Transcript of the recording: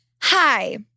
Hi